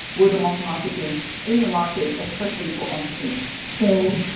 word of mouth marketing in the market, especially for entrepreneurs. so,